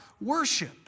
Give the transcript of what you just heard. worship